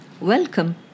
welcome